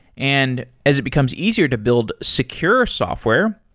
and as it becomes easier to build secure software,